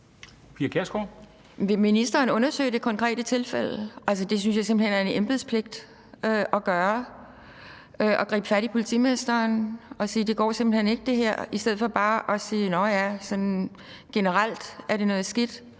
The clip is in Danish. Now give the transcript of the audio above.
Vil ministeren undersøge det konkrete tilfælde? Det synes jeg simpelt hen er en embedspligt at gøre, altså at gribe fat i politimesteren og sige, at det her går simpelt hen ikke, i stedet for bare at sige: Nåh ja, sådan generelt er det noget skidt.